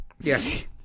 Yes